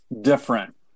different